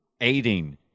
aiding